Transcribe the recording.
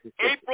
April